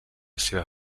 seva